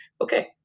Okay